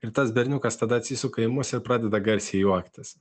ir tas berniukas tada atsisuka į mus ir pradeda garsiai juoktis